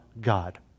God